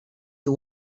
you